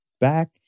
back